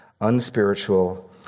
unspiritual